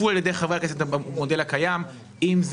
חברי הכנסת מספר פעמים ולדעתנו הוא הכיוון הנכון.